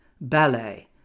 ballet